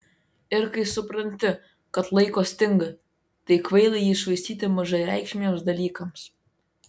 ir kai supranti kad laiko stinga tai kvaila jį švaistyti mažareikšmiams dalykams